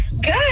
Good